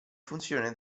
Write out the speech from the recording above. funzione